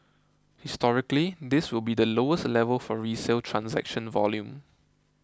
historically this will be the lowest level for resale transaction volume